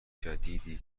جدیدی